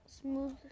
smooth